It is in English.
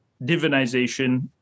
divinization